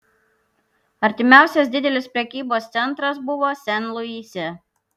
artimiausias didelis prekybos centras buvo sen luise